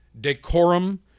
decorum